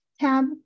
tab